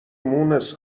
مونس